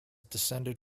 descended